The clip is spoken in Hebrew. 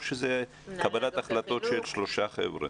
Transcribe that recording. או שמדובר בקבלת החלטות של שלושה חברים?